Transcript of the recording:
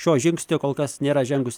šio žingsnio kol kas nėra žengusi